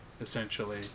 essentially